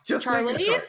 Charlie